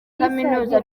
kaminuza